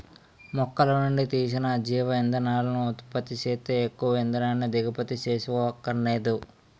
మొక్కలనుండి తీసిన జీవ ఇంధనాలను ఉత్పత్తి సేత్తే ఎక్కువ ఇంధనాన్ని దిగుమతి సేసుకోవక్కరనేదు